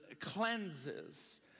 cleanses